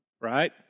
Right